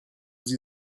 sie